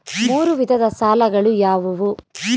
ಮೂರು ವಿಧದ ಸಾಲಗಳು ಯಾವುವು?